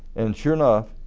and sure enough,